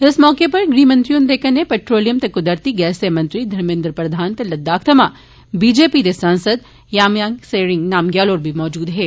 इस मौके उप्पर गृहमंत्री हुन्दे कन्नै पैट्रोलियम ते कुदरती गैस दे मंत्री धमेन्द्र प्रधान ते लद्दाख थमां बीजेपी दे सांसद जम्यांग सेरिंग नामग्यल होर बी मजूद हे